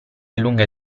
lunghe